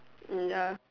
uh ya